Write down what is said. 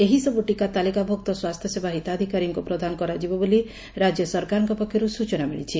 ଏହି ସବୁ ଟିକା ତାଲିକାଭୁକ୍ତ ସ୍ୱାସ୍ସ୍ୟସେବା ହିତାଧିକାରୀଙ୍କୁ ପ୍ରଦାନ କରାଯିବ ବୋଲି ରାଜ୍ୟ ସରକାରଙ୍କ ପକ୍ଷରୁ ସୂଚନା ମିଳିଛି